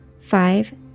five